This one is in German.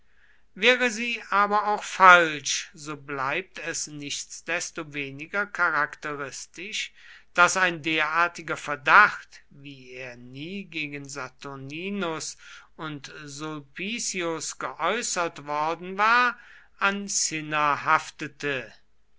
wäre sie aber auch falsch so bleibt es nichtsdestoweniger charakteristisch daß ein derartiger verdacht wie er nie gegen saturninus und sulpicius geäußert worden war an cinna haftete